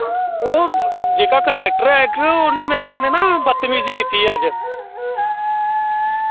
ओह् जेह्का नुहाड़े कन्नै कंडक्टर ऐ ना उन्ने मेरे कन्नै बदतमीजी कीती अज्ज